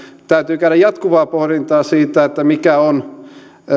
täytyy käydä jatkuvaa pohdintaa siitä mikä on